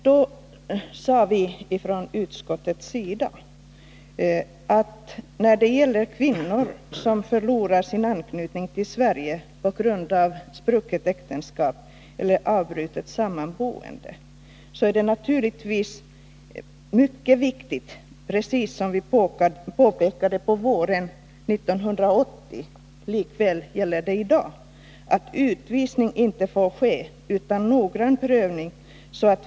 Då sade vi från utskottets sida att när det gäller kvinnor som förlorar sin anknytning till Sverige på grund av sprucket äktenskap eller avbrutet Nr 35 sammanboende, så är det naturligtvis mycket viktigt — och det gäller lika mycket i dag som när vi påpekade det på våren 1980 — att utvisning inte får ske utan noggrann prövning.